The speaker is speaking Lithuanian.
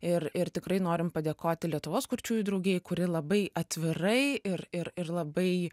ir ir tikrai norim padėkoti lietuvos kurčiųjų draugijai kuri labai atvirai ir ir ir labai